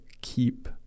keep